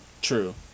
True